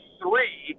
three